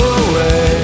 away